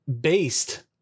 based